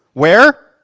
where?